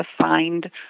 assigned